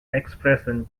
expression